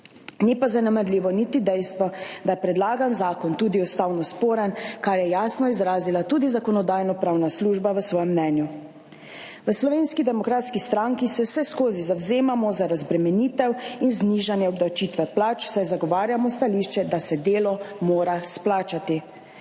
ni pa zanemarljivo niti dejstvo, da je predlagan zakon tudi ustavno sporen, kar je jasno izrazila tudi Zakonodajno-pravna služba v svojem mnenju. V Slovenski demokratski stranki se vseskozi zavzemamo za razbremenitev in znižanje obdavčitve plač, saj zagovarjamo stališče, da se delo mora izplačati.